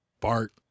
Bart